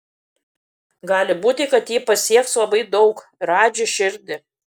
gali būti kad ji pasieks labai daug radži širdį